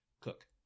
cook